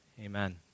Amen